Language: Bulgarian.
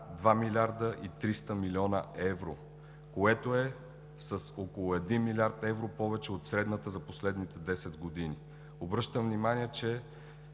2 млрд. 300 млн. евро., което е с около 1 млрд. евро повече от средната за последните 10 години. Обръщам внимание, че